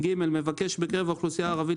מבקש מקרב האוכלוסייה הערבית,